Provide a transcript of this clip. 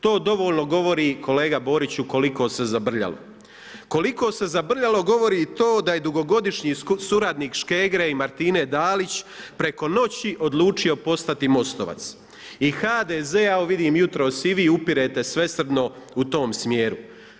To dovoljno govori kolega Boriću koliko se zabrljalo, koliko se zabrljalo govori i to da je dugogodišnji suradnik Škegre i Martine Dalić preko noći odlučio postati MOST-ovac i HDZ evo vidim jutros i vi upirete svesrdno u tom smjeru.